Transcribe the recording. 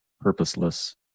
purposeless